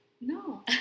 No